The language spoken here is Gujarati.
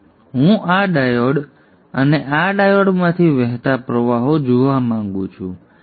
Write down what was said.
હવે હું આ ડાયોડ અને આ ડાયોડમાંથી વહેતા પ્રવાહો જોવા માંગુ છું